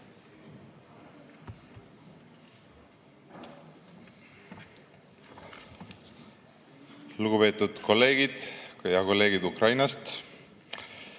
Lugupeetud kolleegid! Head kolleegid Ukrainast!